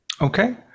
Okay